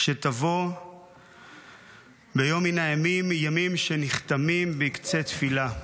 כשתבוא ביום מן הימים / ימים שנחתמים בקצה תפילה //